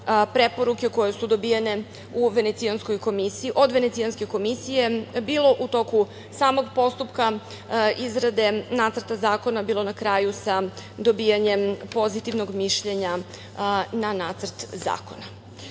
preporuke koje su dobijene od Venecijanske komisije bilo u toku samog postupka izrade nacrta zakona, bilo na kraju sa dobijanjem pozitivnog mišljenja na nacrt zakona. Zbog